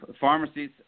pharmacies